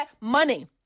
money